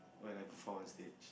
when I perform on stage